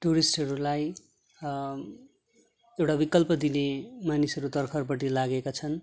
टुरिस्टहरूलाई एउटा विकल्प दिने मानिसहरू तर्खरपट्टि लागेका छन्